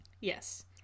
Yes